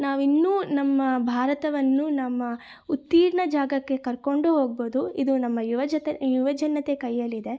ನಾವಿನ್ನೂ ನಮ್ಮ ಭಾರತವನ್ನು ನಮ್ಮ ಉತ್ತೀರ್ಣ ಜಾಗಕ್ಕೆ ಕರ್ಕೊಂಡು ಹೋಗ್ಬೋದು ಇದು ನಮ್ಮ ಯುವಜನತೆ ಯುವಜನತೆ ಕೈಯಲ್ಲಿದೆ